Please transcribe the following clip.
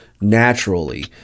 naturally